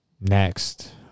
next